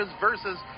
versus